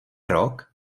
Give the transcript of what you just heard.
rok